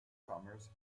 commerce